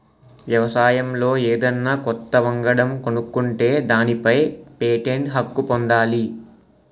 వ్యవసాయంలో ఏదన్నా కొత్త వంగడం కనుక్కుంటే దానిపై పేటెంట్ హక్కు పొందాలి